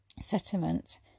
settlement